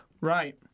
Right